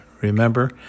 remember